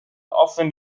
often